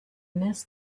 miss